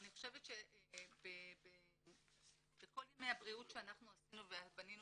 אני חושבת שבכל ימי הבריאות שאנחנו עשינו ובנינו